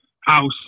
house